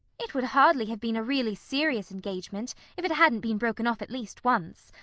it would hardly have been a really serious engagement if it hadn't been broken off at least once.